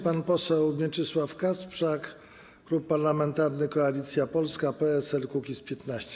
Pan poseł Mieczysław Kasprzak, Klub Parlamentarny Koalicja Polska - PSL - Kukiz15.